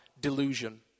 delusion